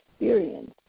experience